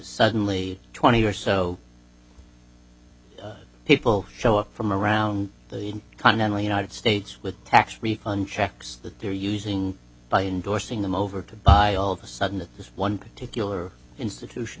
suddenly twenty or so people show up from around the continental united states with tax refund checks that they're using by endorsing them over to buy all of a sudden at this one particular institution